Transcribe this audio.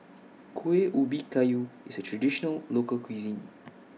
Kuih Ubi Kayu IS A Traditional Local Cuisine